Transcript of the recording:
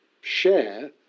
share